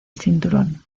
cinturón